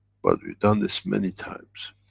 but we've done this many times